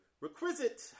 Requisite